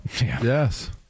Yes